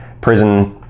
prison